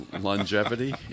longevity